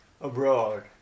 abroad